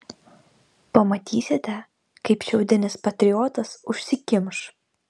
pamatysite kaip šiaudinis patriotas užsikimš